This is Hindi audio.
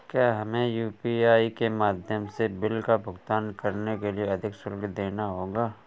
क्या हमें यू.पी.आई के माध्यम से बिल का भुगतान करने के लिए अधिक शुल्क देना होगा?